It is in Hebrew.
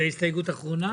זו ההסתייגות האחרונה?